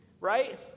right